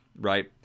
right